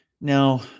Now